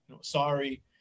Sorry